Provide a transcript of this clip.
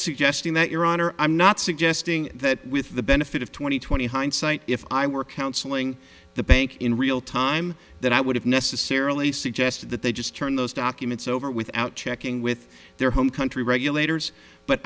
suggesting that your honor i'm not suggesting that with the benefit of twenty twenty hindsight if i were counseling the bank in real time that i would have necessarily suggested that they just turn those documents over without checking with their home country regulators but